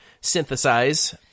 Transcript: synthesize